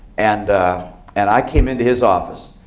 and and i came into his office.